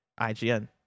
IGN